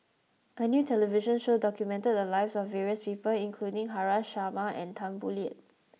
a new television show documented the lives of various people including Haresh Sharma and Tan Boo Liat